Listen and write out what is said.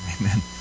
Amen